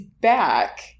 back